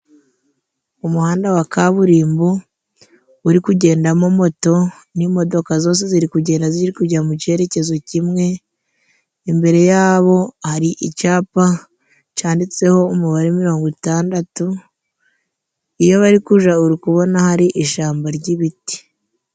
Umuhanda wa kaburimbo ,uri kugendamo moto n'imodoka zose ziri kugenda ziri kujya mu cerekezo kimwe, imbere yabo hari icyapa canditseho umubare mirongo itandatu, iyo bari kuja urikubona hari ishamba ry'ibiti.